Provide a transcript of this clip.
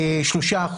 3%,